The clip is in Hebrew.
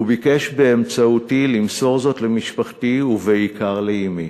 וביקש באמצעותי למסור זאת למשפחתי, ובעיקר לאמי.